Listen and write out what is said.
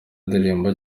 indirimbo